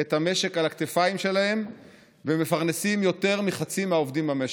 את המשק על הכתפיים שלהם ומפרנסים יותר מחצי מהעובדים במשק.